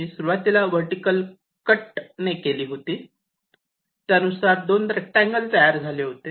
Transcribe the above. मी सुरुवात vertical cut ने केली होती त्यानुसार दोन रेक्टांगल तयार झाले होते